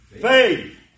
faith